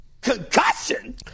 Concussion